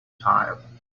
tile